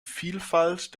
vielfalt